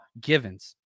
Givens